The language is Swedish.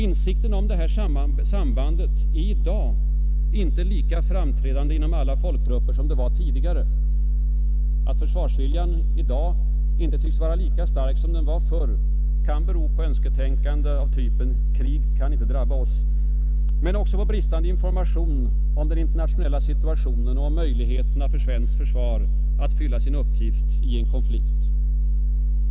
Insikten om det här sambandet är i dag inte lika framträdande inom alla folkgrupper som det var tidigare. Att försvarsviljan i dag inte tycks vara lika stark som den var förr kan bero på önsketänkande av typen: ”krig kan inte drabba oss”. Men det kan också bero på bristande information om den internationella situationen och möjligheterna för svenskt försvar att fylla sin uppgift i en konflikt.